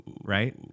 Right